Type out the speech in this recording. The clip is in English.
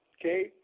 okay